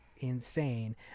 insane